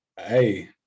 Hey